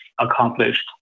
accomplished